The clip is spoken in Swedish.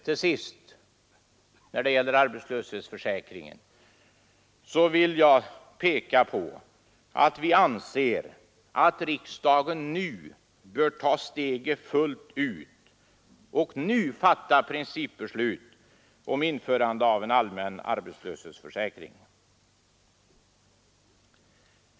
Till sist när det gäller arbetslöshetsförsäkringen vill jag peka på att vi anser att riksdagen nu bör ta steget fullt ut och fatta principbeslut om införande av en allmän arbetslöshetsförsäkring.